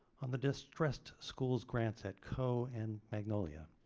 on the distressed schools grants at coe and magnolia.